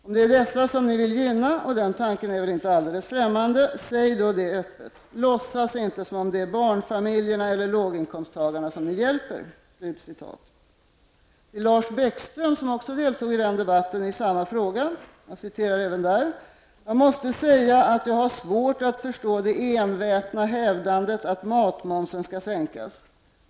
Om det är dessa som ni vill gynna -- och den tanken är väl inte alldeles främmande -- säg då det öppet. Låtsas inte som om det är barnfamiljerna eller låginkomsttagarna som ni hjälper.'' Till Lars Bäckström, som också deltog i debatten i samma fråga, sade Erik Åsbrink så här: ''Jag måste säga att jag har svårt att förstå det envetna hävdandet att matmomsen skall sänkas.